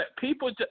people